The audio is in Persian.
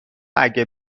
اگه